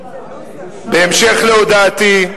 בהמשך להודעתי,